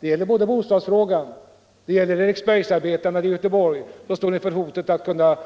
Det gäller bostadsfrågan, det gäller Eriksbergsarbetarna i Göteborg, som står inför hotet att